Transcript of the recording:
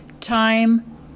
Time